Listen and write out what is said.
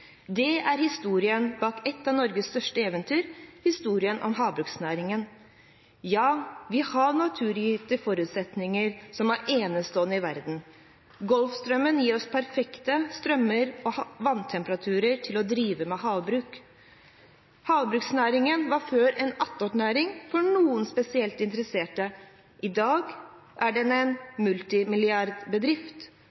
Det er historien bak et av Norges største eventyr, historien om havbruksnæringen. Ja, vi har naturgitte forutsetninger som er enestående i verden. Golfstrømmen gir oss perfekte strømmer og vanntemperaturer til å drive med havbruk. Havbruksnæringen var før en attåtnæring for noen spesielt interesserte. I dag er den en multimilliardbedrift